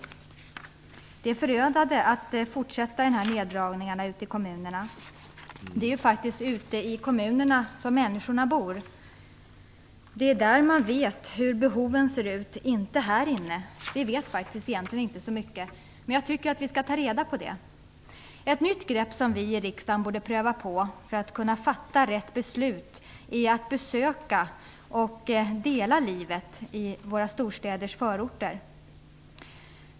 Det är förödande att fortsätta dessa neddragningar ute i kommunerna. Det är faktiskt ute i kommunerna som människorna bor. Det är där man vet hur behoven ser ut - inte här inne. Vi vet faktiskt egentligen inte så mycket, men jag tycker att vi skall ta reda på det. Ett nytt grepp som vi i riksdagen borde pröva på för att kunna fatta rätt beslut är att besöka och delta i livet i våra storstäders förorter.